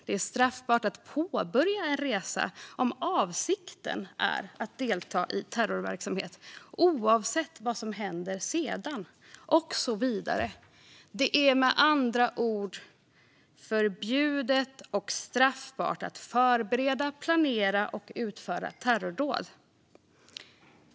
Det är straffbart att påbörja en resa om avsikten är att delta i terrorverksamhet, oavsett vad som händer sedan och så vidare. Det är med andra ord förbjudet och straffbart att förbereda, planera och utföra terrordåd.